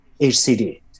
hcd